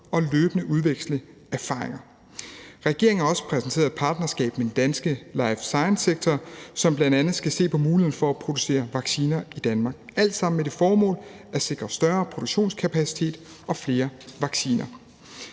vi løbende erfaringer. Regeringen har også præsenteret et partnerskab med den danske life science-sektor, som bl.a. skal se på muligheden for at producere vacciner i Danmark. Det er alt sammen med det formål at sikre større produktionskapacitet og flere vacciner.